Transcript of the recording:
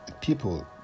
People